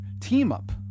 team-up